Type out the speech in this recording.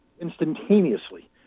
instantaneously